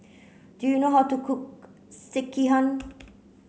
do you know how to cook Sekihan